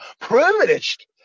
privileged